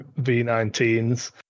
V19s